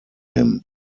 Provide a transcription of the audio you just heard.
him